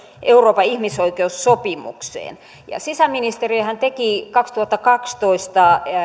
euroopan ihmisoikeussopimukseen sisäministeriöhän teki kaksituhattakaksitoista